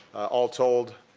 all tolled,